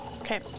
okay